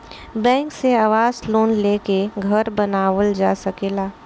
bank से आवास loan लेके घर बानावल जा सकेला